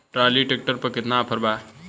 Trolley tractor पर केतना offer बा?